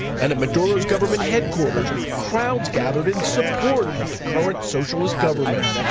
and at maduro's government headquarters crowds gathered in support of the current socialist government.